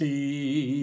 See